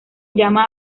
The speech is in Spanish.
llama